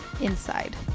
inside